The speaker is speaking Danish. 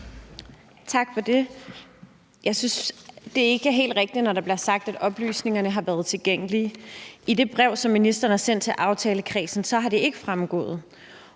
Tak for det. Jeg synes ikke, det er helt rigtigt, når der bliver sagt, at oplysningerne har været tilgængelige. I det brev, som ministeren har sendt til aftalekredsen, er det ikke fremgået.